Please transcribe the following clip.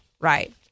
right